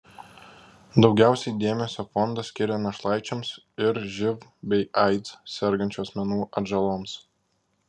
daugiausiai dėmesio fondas skiria našlaičiams ir živ bei aids sergančių asmenų atžaloms